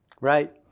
Right